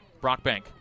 Brockbank